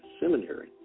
seminary